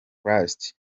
christ